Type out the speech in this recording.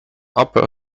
upper